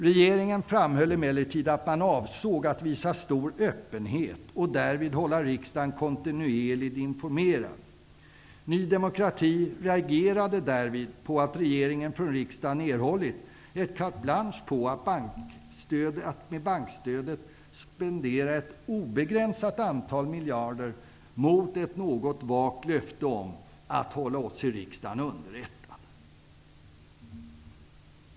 Regeringen framhöll emellertid att man avsåg att visa stor öppenhet och därvid hålla riksdagen kontinuerligt informerad. Ny demokrati reagerade därvid på att regeringen från riksdagen erhållit ett carte blanche på att med bankstödet spendera ett obegränsat antal miljarder mot ett något vagt löfte om att hålla oss i riksdagen underrättade.